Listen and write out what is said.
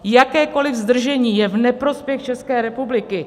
Jakékoliv zdržení je v neprospěch České republiky.